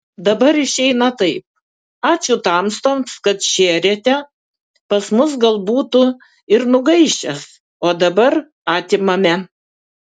dabar išeina taip ačiū tamstoms kad šėrėte pas mus gal būtų ir nugaišęs o dabar atimame